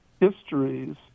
histories